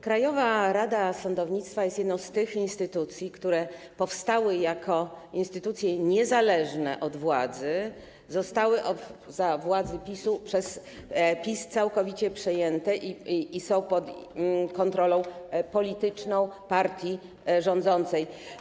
Krajowa Rada Sądownictwa jest jedną z tych instytucji, które powstały jako instytucje niezależne od władzy, a zostały za władzy PiS-u przez PiS całkowicie przejęte i są pod kontrolą polityczną partii rządzącej.